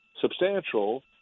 substantial